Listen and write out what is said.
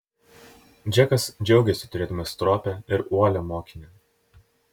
džekas džiaugėsi turėdamas stropią ir uolią mokinę